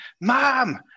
mom